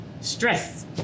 Stress